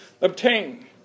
obtain